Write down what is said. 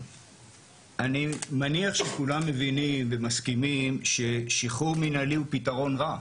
אני מניח שכולם מבינים ומסכימים ששחרור מנהלי הוא פתרון רע.